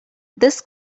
this